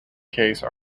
case